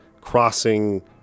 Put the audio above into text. crossing